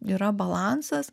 yra balansas